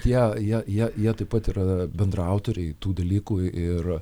jie jie jie jie taip pat yra bendraautoriai tų dalykų ir